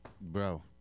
Bro